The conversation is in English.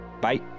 Bye